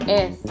es